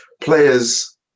Players